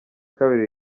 kabiri